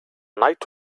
night